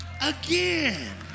again